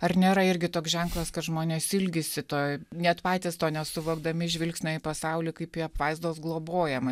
ar nėra irgi toks ženklas kad žmonės ilgisi toj net patys to nesuvokdami žvilgsnio į pasaulį kaip į apvaizdos globojamą